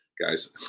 guys